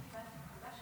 תודה רבה.